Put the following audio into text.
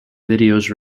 videos